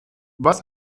was